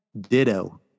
Ditto